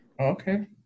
Okay